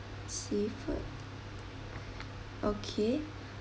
seafood okay